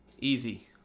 easy